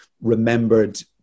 remembered